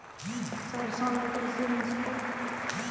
सरसो ला कइसे मिसबो?